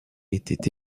étaient